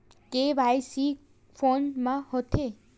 KYC कोन में होथे?